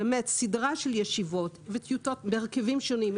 סדרה של ישיבות וטיוטות בהרכבים שונים,